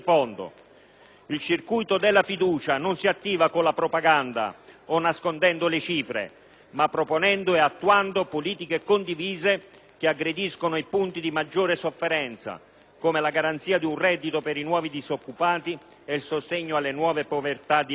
Il circuito della fiducia non si attiva con la propaganda o nascondendo le cifre, ma proponendo e attuando politiche condivise che aggrediscono i punti di maggiore sofferenza, come la garanzia di un reddito per i nuovi disoccupati e il sostegno alle nuove povertà dilaganti.